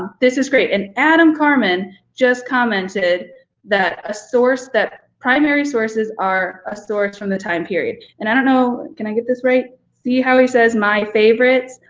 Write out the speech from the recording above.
this is great. and adam carman just commented that a source, that primary sources are a source from the time period. and i don't know, can i get this right? see how he says my favorites?